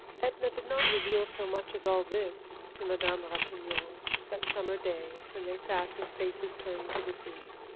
edna did not reveal so much as all this to madame ratignolle that summer day when they sat with faces turned to the sea.